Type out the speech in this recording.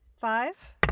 Five